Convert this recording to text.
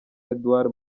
edouard